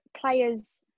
players